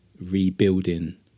rebuilding